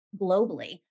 globally